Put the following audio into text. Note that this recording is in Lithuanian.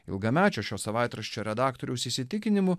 ilgamečio šio savaitraščio redaktoriaus įsitikinimu